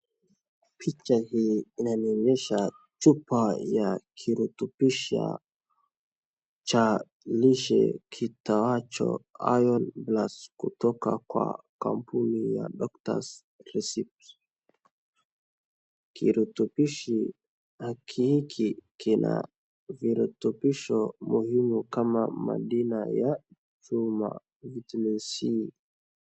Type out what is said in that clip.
Picha hii inanionyesha chupa ya kirutubisho cha lishe kiitwacho ironplus kutoka kampuni ya Doctor's Recipes . Kirutunisho hiki kina virutubisho muhimu kama madina ya chuma vitamin C .